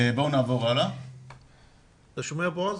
אתה שומע, בועז,